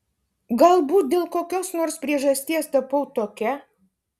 galbūt dėl kokios nors priežasties tapau tokia